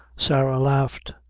sarah laughed,